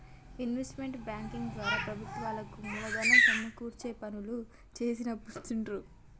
investment banking ద్వారా ప్రభుత్వాలకు మూలధనం సమకూర్చే పనులు చేసిపెడుతుండ్రు